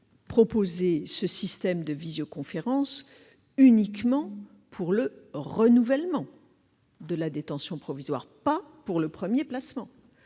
place le système de visioconférence uniquement pour le renouvellement de la détention provisoire, et non pour le premier placement.